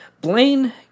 Blaine